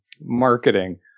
marketing